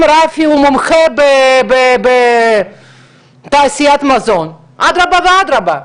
אם רפי הוא מומחה בתעשיית מזון, אדרבא ואדרבא.